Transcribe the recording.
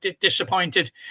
disappointed